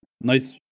Nice